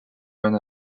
run